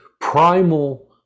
primal